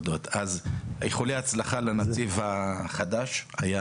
איחולי הצלחה לנציב החדש איל